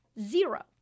Zero